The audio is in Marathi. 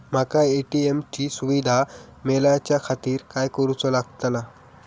माका ए.टी.एम ची सुविधा मेलाच्याखातिर काय करूचा लागतला?